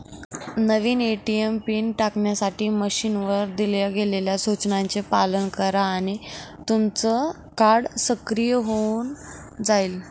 नवीन ATM pin टाकण्यासाठी मशीनवर दिल्या गेलेल्या सूचनांचे पालन करा आणि तुमचं कार्ड सक्रिय होऊन जाईल